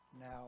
Now